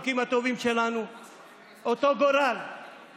את סוגי הטיפולים שיועברו ומה שמשמעותי נוסף ונגזר מההחלטה הזו.